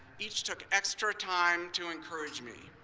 each took extra time to encourage me,